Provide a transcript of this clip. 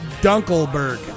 Dunkelberg